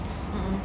mmhmm